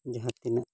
ᱡᱟᱦᱟᱸ ᱛᱤᱱᱟᱹᱜ